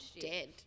dead